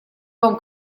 вам